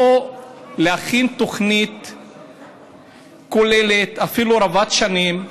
בואו נכין תוכנית כוללת, אפילו רבת-שנים,